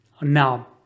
Now